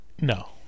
no